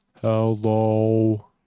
Hello